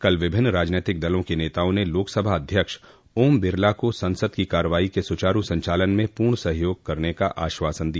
कल विभिन्न राजनीतिक दलों के नेताओं ने लोकसभा अध्यक्ष ओम बिरला को संसद की कार्यवाही के सुचारू संचालन में पूर्ण सहयोग करने का आश्वासन दिया